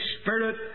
Spirit